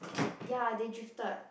ya they drifted